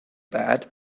bad